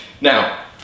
Now